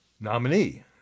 nominee